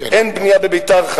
אין בנייה חדשה בביתר.